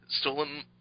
stolen